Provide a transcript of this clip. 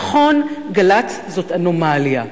נכון, גל"צ זו אנומליה.